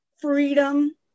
freedom